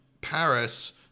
Paris